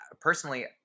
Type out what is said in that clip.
Personally